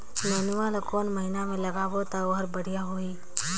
नेनुआ ला कोन महीना मा लगाबो ता ओहार बेडिया होही?